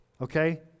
okay